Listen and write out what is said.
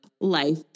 life